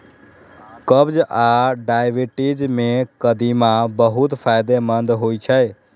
कब्ज आ डायबिटीज मे कदीमा बहुत फायदेमंद होइ छै